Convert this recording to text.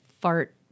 fart